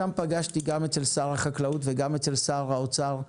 שם פגשתי גם אצל שר החקלאות וגם אצל שר האוצר,